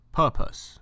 purpose